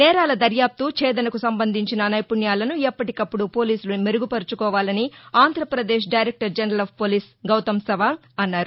నేరాల దర్యాప్తు ఛేదనకు సంబంధించిన నైపుణ్యాలను ఎప్పటికప్పుడు పోలీసులు మెరుగుపరచుకోవాలని Andhra Pradesh director general of police Gautam Sawang అన్నారు